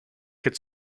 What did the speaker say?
could